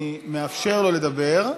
אני מאפשר לו לדבר,